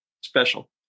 special